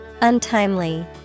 Untimely